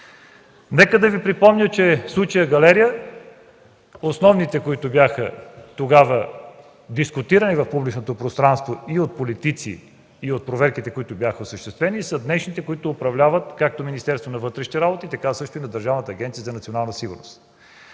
Нека Ви припомня, че в случая „Галерия” основните, които тогава бяха дискутирани в публичното пространство и от политици, и от проверките, които бяха осъществени, са днешните, които управляват както Министерството на вътрешните работи, така също и Държавната агенция „Национална сигурност”.